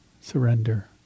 surrender